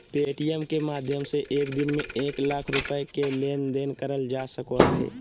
Paytm के माध्यम से एक दिन में एक लाख रुपया के लेन देन करल जा सको हय